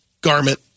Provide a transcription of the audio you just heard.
garment